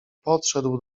podszedł